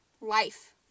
life